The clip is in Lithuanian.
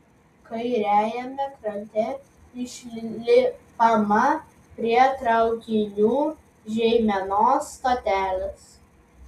kairiajame krante išlipama prie traukinių žeimenos stotelės